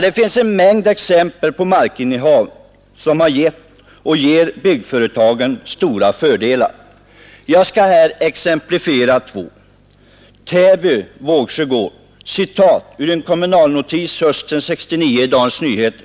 Det finns en mängd exempel på hur markinnehav har gett och ger byggnadsföretagen stora fördelar. Jag skall här nämna två fall. Det ena gäller Täby, Vågsjö gård. I en kommunalnotis hösten 1969 i Dagens Nyheter heter